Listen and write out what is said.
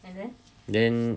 then